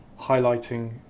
highlighting